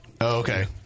okay